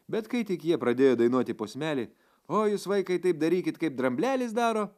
bet kai tik jie pradėjo dainuoti posmelį o jūs vaikai taip darykit kaip dramblelis daro